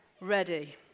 ready